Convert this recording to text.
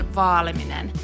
vaaliminen